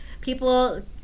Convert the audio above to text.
people